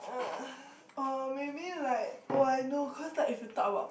ugh oh maybe like oh I know cause it's like if you talk about